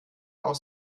auch